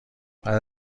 بعد